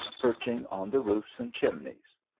perching on the roofs and chimneys.